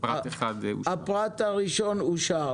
פרט 1 לתוספת הארבע-עשרה אושר